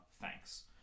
thanks